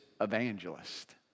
evangelist